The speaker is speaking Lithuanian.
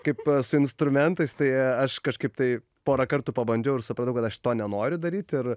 kaip su instrumentais tai aš kažkaip tai porą kartų pabandžiau ir supratau kad aš to nenoriu daryt ir